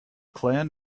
clan